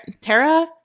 Tara